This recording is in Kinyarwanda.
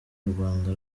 rwanda